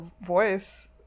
voice